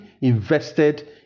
invested